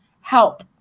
Help